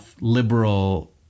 liberal